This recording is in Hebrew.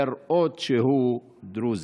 לראות שהוא דרוזי?